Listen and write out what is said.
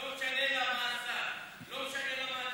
ולא משנה מה נעשה ולא משנה מה התקציב.